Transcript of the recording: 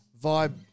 vibe